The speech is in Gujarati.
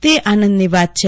તે આનંદની વાત છે